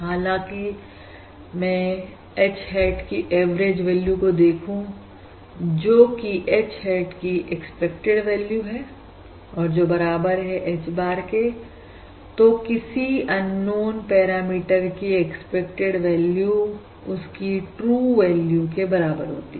हालांकि अगर मैं H hat की एवरेज वैल्यू को देखूं जोकि H hat की एक्सपेक्टेड वैल्यू है और जो बराबर है H bar के तो किसी अननोन पैरामीटर की एक्सपेक्टेड वैल्यू उसकी ट्रू वैल्यू के बराबर होती है